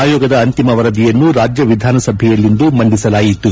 ಆಯೋಗದ ಅಂತಿಮ ವರದಿಯನ್ನು ರಾಜ್ಯ ವಿಧಾನಸಭೆಯಲ್ಲಿಂದು ಮಂಡಿಸಲಾಯಿತು